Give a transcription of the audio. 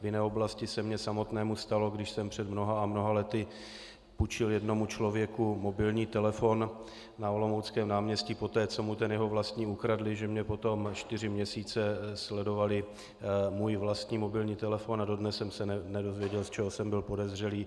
V jiné oblasti se mně samotnému stalo, když jsem před mnoha a mnoha lety půjčil jednomu člověku mobilní telefon na olomouckém náměstí, poté co mu ten jeho vlastní ukradli, že mně potom čtyři měsíce sledovali můj vlastní mobilní telefon a dodnes jsem se nedozvěděl, z čeho jsem byl podezřelý.